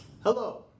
Hello